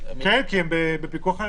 כן, כי הם בפיקוח.